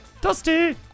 Dusty